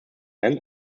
end